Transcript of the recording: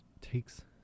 takes